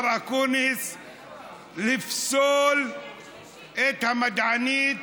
שהוא החליט לפסול את המדענית.